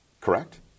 Correct